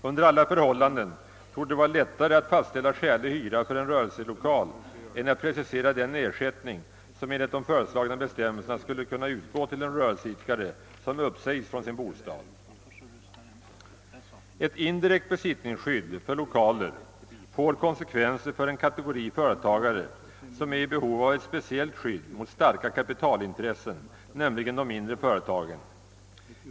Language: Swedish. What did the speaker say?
Under alla förhållanden torde det vara lättare att fastställa skälig hyra för en rörelselokal än att precisera den ersättning, som enligt de föreslagna bestämmelserna skall kunna utgå till en rörelseidkare som uppsägs från sin lokal. Ett indirekt besittningsskydd för 1okaler får konsekvenser för en kategori företagare som är i behov av ett speciellt skydd mot starka kapitalintressen, nämligen de mindre företagarna.